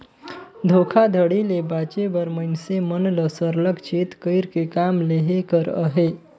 धोखाघड़ी ले बाचे बर मइनसे मन ल सरलग चेत कइर के काम लेहे कर अहे